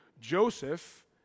Joseph